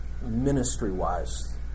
ministry-wise